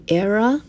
era